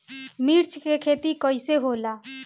मिर्च के खेती कईसे होला?